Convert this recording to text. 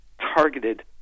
targeted